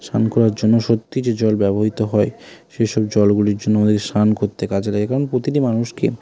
স্নান করার জন্য সত্যি যে জল ব্যবহৃত হয় সেসব জলগুলির জন্য আমাদের স্নান করতে কাজে লাগে কারণ প্রতিটি মানুষকে